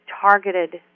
targeted